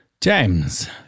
James